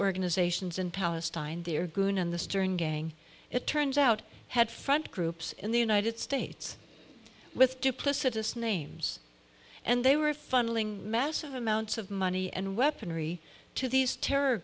organizations in palestine they're going in the stern gang it turns out had front groups in the united states with duplicitous names and they were funneling massive amounts of money and weaponry to these terror